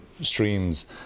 streams